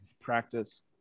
practice